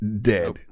dead